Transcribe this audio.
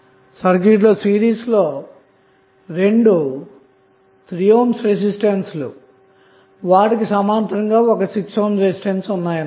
circuit లో series లో రెండు 3 ohm రెసిస్టెన్స్ లు వాటికి సమాంతరంగా ఒక 6ohm రెసిస్టెన్స్ ఉంటాయన్నమాట